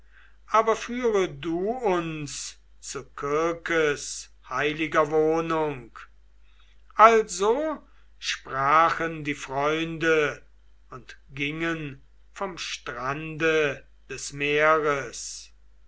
aber führe du uns zu kirkes heiliger wohnung also sprachen die freunde und gingen vom strande des meeres